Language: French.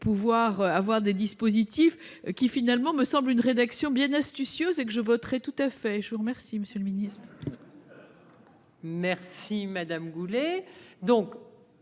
pouvoir avoir des dispositifs qui finalement me semble une rédaction bien astucieuse et que je voterai tout à fait, je vous remercie, Monsieur le Ministre.